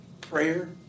prayer